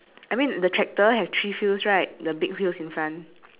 do you have like that tractor with someone screaming for help